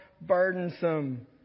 burdensome